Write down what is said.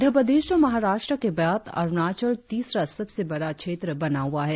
मध्यप्रदेश और महाराष्ट्र के बाद अरुणाचल तीसरा सबसे बड़ा क्षेत्र बना हुआ है